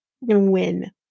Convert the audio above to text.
win